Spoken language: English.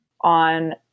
on